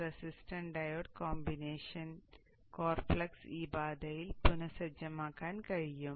resistance diode combination core flux ഈ പാതയിൽ പുനഃസജ്ജമാക്കാൻ കഴിയും